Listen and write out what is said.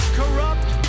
corrupt